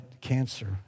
cancer